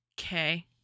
Okay